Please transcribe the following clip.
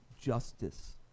justice